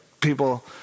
people